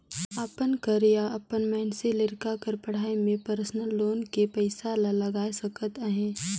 अपन कर या अपन मइनसे लइका कर पढ़ई में परसनल लोन के पइसा ला लगाए सकत अहे